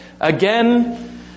again